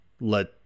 let